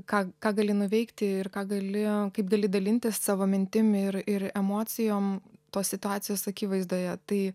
ką ką gali nuveikti ir ką galėjo kaip gali dalintis savo mintimis ir ir emocijom tos situacijos akivaizdoje tai